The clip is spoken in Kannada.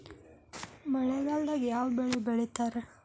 ಮಳೆಗಾಲದಾಗ ಯಾವ ಬೆಳಿ ಬೆಳಿತಾರ?